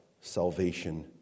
Salvation